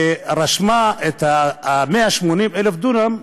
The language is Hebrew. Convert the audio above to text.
ורשמה את 180,000 הדונם,